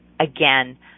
Again